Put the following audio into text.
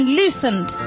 listened